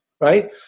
right